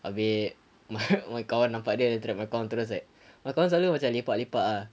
habis my my kawan nampak dia tengah belakang was like belakang selalu macam lepak lepak ah